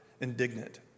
indignant